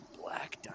black